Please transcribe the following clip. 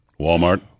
walmart